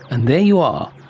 and there you are.